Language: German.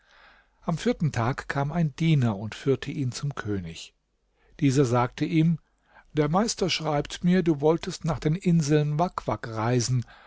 am vierten tag kam ein diener und führte ihn zum könig dieser sagte ihm der meister schreibt mir du wolltest nach den inseln wak wak reisen